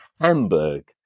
Hamburg